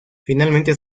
finalmente